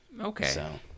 Okay